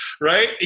Right